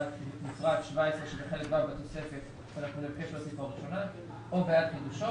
17 שבחלק ו' בתוספת או בעד חידושו,